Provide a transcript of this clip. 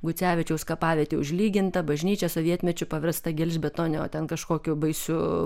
gucevičiaus kapavietė užlyginta bažnyčia sovietmečiu paversta gelžbetonio ten kažkokiu baisiu